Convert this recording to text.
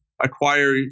acquire